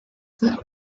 the